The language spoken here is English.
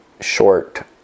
short